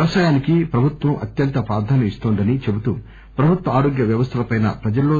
వ్యవసాయానికి ప్రభుత్వం అత్యంత ప్రాధాన్యత ఇస్తోందని చెబుతూ ప్రభుత్వ ఆరోగ్య వ్యవస్థలపై ప్రజల్లో